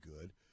good